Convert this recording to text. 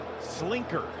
Slinker